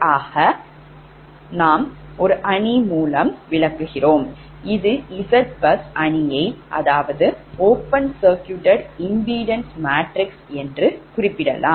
ஆக இது Zbus அணியை அதாவது திறந்த சுற்றின் மின்மறுப்பு அணி என்றும் குறிப்பிடலாம்